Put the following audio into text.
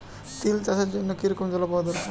তিল চাষের জন্য কি রকম জলবায়ু দরকার?